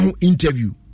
interview